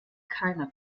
keiner